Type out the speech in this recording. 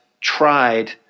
tried